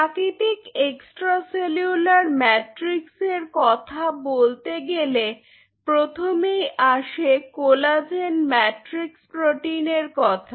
প্রাকৃতিক extracellular ম্যাট্রিক্সের কথা বলতে গেলে প্রথমেই আসে কোলাজেন ম্যাট্রিক্স প্রোটিনের কথা